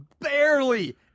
barely